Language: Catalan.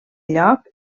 lloc